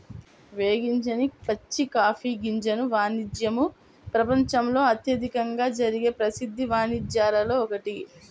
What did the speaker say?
వేగించని పచ్చి కాఫీ గింజల వాణిజ్యము ప్రపంచంలో అత్యధికంగా జరిగే ప్రసిద్ధ వాణిజ్యాలలో ఒకటి